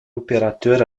opérateur